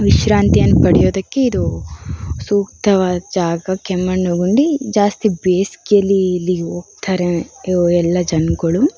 ವಿಶ್ರಾಂತಿಯನ್ನು ಪಡೆಯೋದಕ್ಕೆ ಇದು ಸೂಕ್ತವಾದ ಜಾಗ ಕೆಮ್ಮಣ್ಣುಗುಂಡಿ ಜಾಸ್ತಿ ಬೇಸಿಗೆಯಲ್ಲಿ ಇಲ್ಲಿಗೆ ಹೋಗ್ತಾರೆ ಎಲ್ಲ ಜನಗಳು